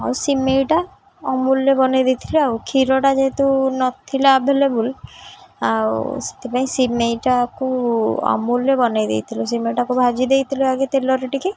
ଆଉ ସିମେଇଟା ଅମୁଲରେ ବନାଇ ଦେଇଥିଲେ ଆଉ କ୍ଷୀରଟା ଯେହେତୁ ନଥିଲା ଆଭେଲେବୁଲ୍ ଆଉ ସେଥିପାଇଁ ସିମେଇଟାକୁ ଅମୁଲରେ ବନାଇ ଦେଇଥିଲୁ ସିମେଇଟାକୁ ଭାଜି ଦେଇଥିଲୁ ଆଗେ ତେଲରେ ଟିକେ